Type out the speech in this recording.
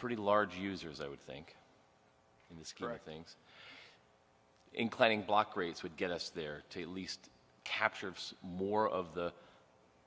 pretty large users i would think in this correct things including block rates would get us there to at least capture of more of the